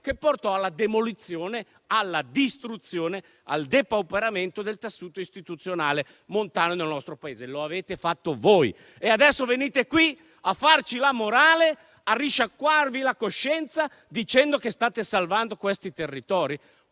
che portò alla demolizione, alla distruzione, al depauperamento del tessuto istituzionale montano nel nostro Paese. Lo avete fatto voi e adesso venite qui a farci la morale, a risciacquarci la coscienza dicendo che state salvando questi territori?